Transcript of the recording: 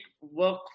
work